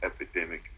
epidemic